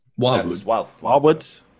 Wildwoods